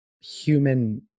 human